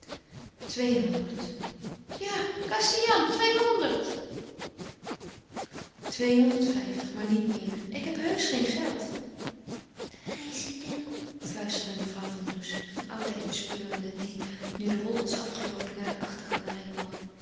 twee-honderd twee honderd vijftig maar niet meer ik heb heusch geen geld de residèn fluisterde mevrouw van does van oudijck bespeurende die nu de rol was afgeloopen naar de achtergalerij kwam